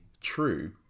true